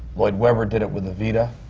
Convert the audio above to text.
lloyd webber did it with evita.